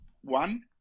One